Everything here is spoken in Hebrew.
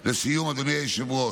לסיום, אדוני היושב-ראש,